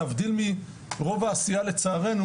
להבדיל מרוב העשייה לצערנו,